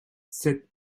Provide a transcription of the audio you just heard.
cette